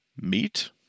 meet